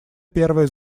первое